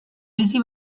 bizi